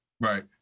right